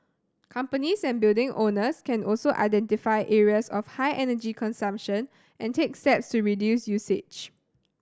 companies and building owners can also identify areas of high energy consumption and take steps to reduce usage